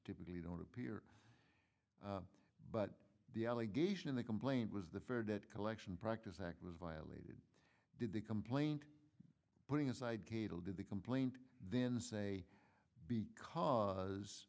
typically don't appear but the allegation in the complaint was the fur that collection practices act was violated did the complaint putting aside cable did the complaint then say because